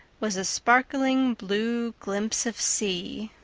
was a sparkling blue glimpse of sea.